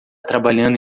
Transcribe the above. trabalhando